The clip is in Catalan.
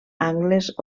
angles